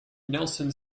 nelson